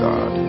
God